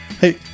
Hey